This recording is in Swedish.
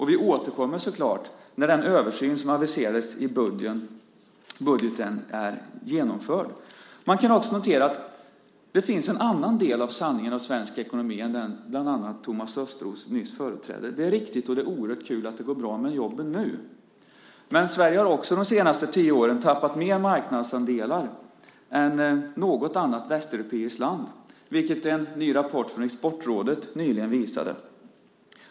Vi återkommer så klart när den översyn som aviserades i budgeten är genomförd. Man kan också notera att det finns en annan del av sanningen om svensk ekonomi än den bland annat Thomas Östros nyss företrädde. Det är riktigt och det är oerhört kul att det går bra med jobben nu, men Sverige har också de senaste tio åren tappat mer marknadsandelar än något annat västeuropeiskt land, vilket en ny rapport från Exportrådet nyligen visade.